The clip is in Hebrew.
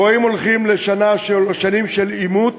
או שהולכים לשנים של עימות